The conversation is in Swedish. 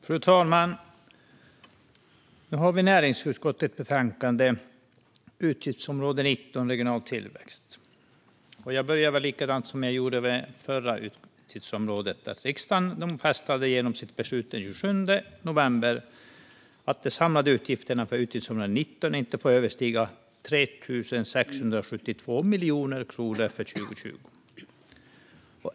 Fru talman! Vi debatterar näringsutskottets betänkande Utgiftsområde 19 Regional tillväxt . Jag börjar väl likadant som jag gjorde tidigare med att riksdagen genom sitt beslut den 27 november fastställde att de samlade utgifterna för utgiftsområde 19 inte får överstiga 3 672 miljoner för 2020.